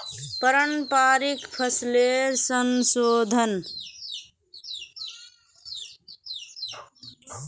पारंपरिक फसलेर संशोधन